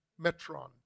metron